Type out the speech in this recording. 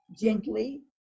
gently